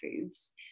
foods